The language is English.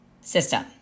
system